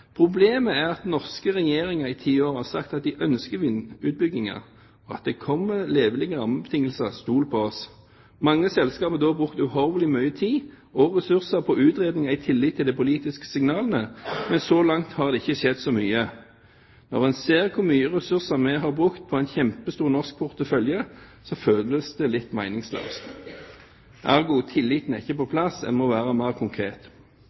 er at norske regjeringer i ti år har sagt at de ønsker vindutbygginger, og at det kommer levelige rammebetingelser, stol på oss. Mange selskaper har brukt uhorvelig mye tid og ressurser på utredning i tillit til de politiske signalene, men så langt har det ikke skjedd så mye. Når en ser hvor mye ressurser vi har brukt på en kjempestor norsk portefølje, føles det litt meningsløst.» Ergo er ikke tilliten på plass. En må være mer konkret.